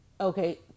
Okay